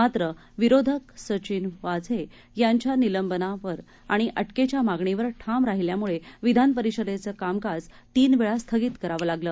मात्र विरोधक सचिन वाझे यांच्या निलंबनावर आणि अटकेच्या मागणीवर ठाम राहिल्यामुळे विधानपरिषदेचे कामकाज तीन वेळा स्थगित करावे लागले